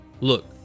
Look